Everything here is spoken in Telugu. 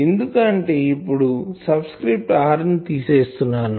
ఎందుకు అంటే ఇప్పుడు సబ్స్క్రిప్ట్ r ని తీసే స్తున్నాను